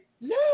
No